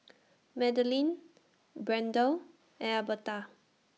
Madalyn Brande Alberta